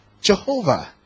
Jehovah